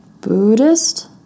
Buddhist